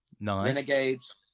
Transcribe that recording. Renegades